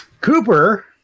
Cooper